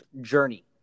journey